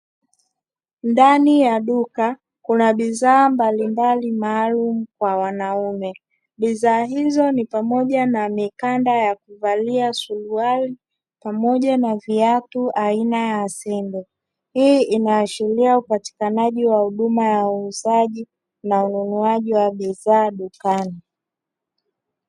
Ndani ya duka kuna bidhaa mbalimbali maalumu kwa wanaume bidhaa hizo ni pamoja na mikanda ya kuvalia suruali pamoja na viatu aina ya sendo. Hii inaashiria upatikanaji wa huduma ya uuzaji na ununuaji wa bidhaa dukani.